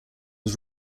was